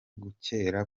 kugera